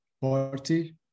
party